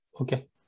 okay